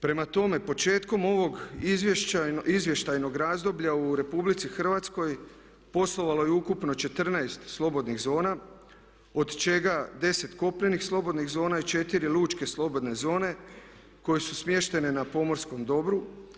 Prema tome, početkom ovog izvještajnog razdoblja u Republici Hrvatskoj poslovalo je ukupno 14 slobodnih zona, od čega 10 kopnenih slobodnih zona i 4 lučke slobodne zone koje su smještene na pomorskom dobru.